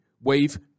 wave